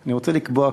אני רוצה לקבוע כאן,